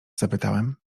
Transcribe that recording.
zapytałem